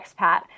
Expat